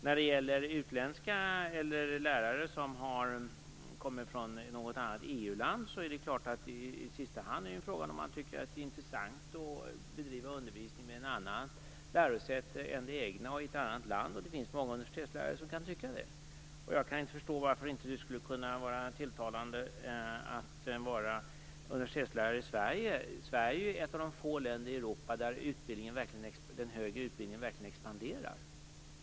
När det gäller lärare som kommer från något annat EU-land är det klart att det i sista hand är fråga om man tycker att det är intressant att bedriva undervisning vid ett annat lärosäte än det egna och i ett annat land. Det finns många universitetslärare som kan tycka det. Jag kan inte förstå varför det inte skulle kunna vara tilltalande att vara universitetslärare i Sverige är ett av de få länder i Europa där den högre utbildningen verkligen expanderar.